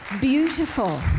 beautiful